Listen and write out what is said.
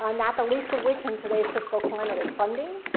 um not the least of which, in today's fiscal climate, is funding.